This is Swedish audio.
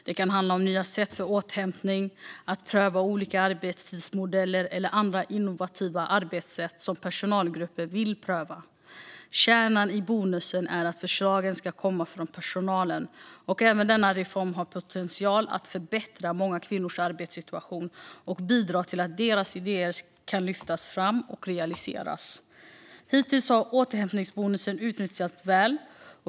Det kan handla om nya sätt för återhämtning eller att pröva olika arbetstidsmodeller eller andra innovativa arbetssätt som personalgrupper vill pröva. Kärnan i bonusen är att förslagen ska komma från personalen. Även denna reform har potential att förbättra många kvinnors arbetssituation och bidra till att deras idéer kan lyftas fram och realiseras. Hittills har återhämtningsbonusen utnyttjats väl.